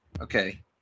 Okay